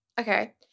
Okay